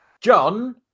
John